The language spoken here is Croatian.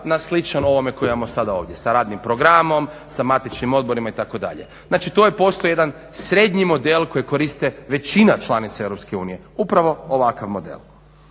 na sličan ovome koji imamo sada ovdje sa radnim programom, sa matičnim odborima itd. Znači, to je postao jedan srednji model koji koriste većina članica EU, upravo ovakav model.